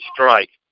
Strike